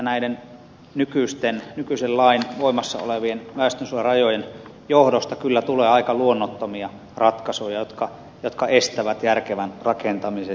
pihlajaniemi totesi nykyisen lain voimassa olevien väestönsuojarajojen johdosta kyllä tulee aika luonnottomia ratkaisuja jotka estävät järkevän rakentamisen